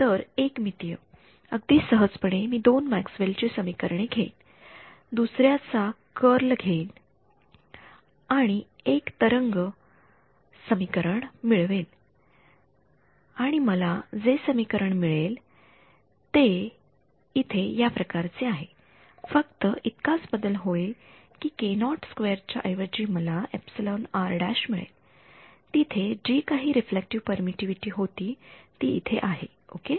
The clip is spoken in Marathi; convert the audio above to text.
तर एक मितीय अगदी सहजपणे मी दोन मॅक्सवेल ची समीकरणे घेईन दुसऱ्याचा कर्ल घेईन आणि एक तरंग समीकरण मिळवेन आणि मला जे तरंग समीकरण मिळेल ते इथे या प्रकारचे आहे फक्त इतकाच बदल होईल कि च्या ऐवजी मला मिळेल तिथे जी काही रिलेटिव्ह परमिटिव्हिटी होती ती इथे येते ओके